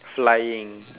flying